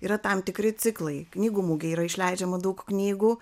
yra tam tikri ciklai knygų mugėj yra išleidžiama daug knygų